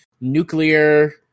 nuclear